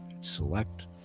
Select